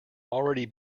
already